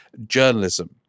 journalism